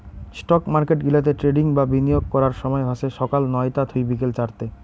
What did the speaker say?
stock market গিলাতে trading বা বিনিয়োগ করার সময় হসে সকাল নয়তা থুই বিকেল চারতে